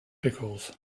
pickles